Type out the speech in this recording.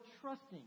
trusting